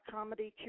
Comedy